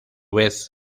vez